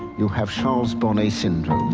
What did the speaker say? you have charles bonnet syndrome.